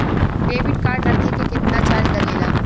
Debit card रखे के केतना चार्ज लगेला?